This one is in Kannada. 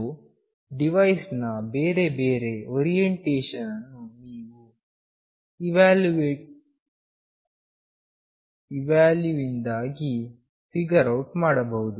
ಸೋ ಡಿವೈಸ್ ನ ಬೇರೆ ಬೇರೆ ಓರಿಯೆಂಟೇಷನ್ ಅನ್ನು ಈ ವ್ಯಾಲ್ಯೂನಿಂದಾಗಿ ಫಿಗರ್ ಔಟ್ ಮಾಡಬಹುದು